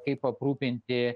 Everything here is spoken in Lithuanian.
kaip aprūpinti